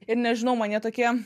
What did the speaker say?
ir nežinau man jie tokie